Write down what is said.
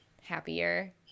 happier